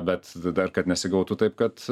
bet dar kad nesigautų taip kad